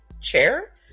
chair